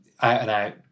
out-and-out